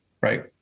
Right